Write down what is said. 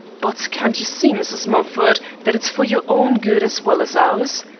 but can't you see mrs. mumford, that it's for your own good as well as ours?